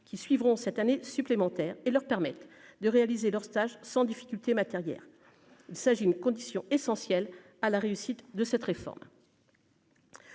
qui suivront cette année supplémentaire et leur permettent de réaliser leur stage sans difficulté s'agit une condition essentielle à la réussite de cette réforme.